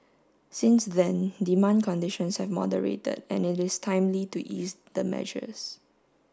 since then demand conditions have moderated and it is timely to ease the measures